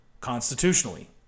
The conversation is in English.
constitutionally